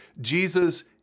Jesus